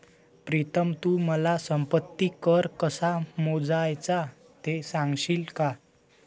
प्रीतम तू मला संपत्ती कर कसा मोजायचा ते सांगशील का?